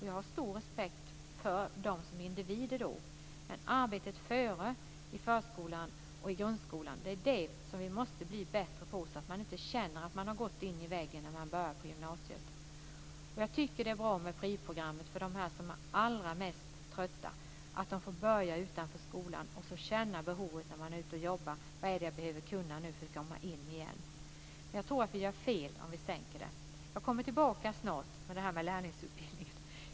Jag har stor respekt för dem som individer. Men vi måste bli bättre på arbetet i förskolan och grundskolan så att man inte känner att man har gått in i väggen när man börjar på gymnasiet. Jag tycker att det är bra med pryo-programmet för dem som är allra mest trötta. De får börja utanför skolan, och när de är ute och jobbar känna vad det är de behöver kunna för att komma in igen. Jag tror att vi gör fel om vi sänker kraven. Jag kommer tillbaka när det gäller lärlingsutbildningen.